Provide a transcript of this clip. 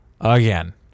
again